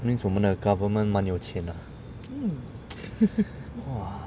means 我们的 government 蛮有钱 ah !wah!